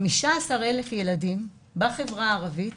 15,000 ילדים בחברה הערבית,